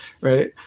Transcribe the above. right